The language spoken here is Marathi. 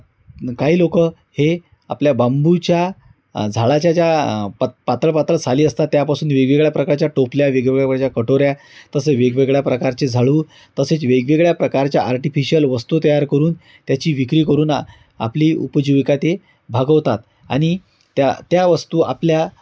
काही लोक हे आपल्या बांबूच्या झाडाच्या ज्या पातळ पातळ साली असतात त्यापासून वेगवेगळ्या प्रकारच्या टोपल्या वेगवेगळ्या प्रकारच्या कटोऱ्या तसे वेगवेगळ्या प्रकारचे झाडू तसेच वेगवेगळ्या प्रकारच्या आर्टिफिशियल वस्तू तयार करून त्याची विक्री करून आपली उपजीविका ते भागवतात आणि त्या त्या वस्तू आपल्या